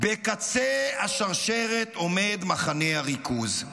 בקצה השרשרת עומד מחנה הריכוז.